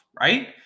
right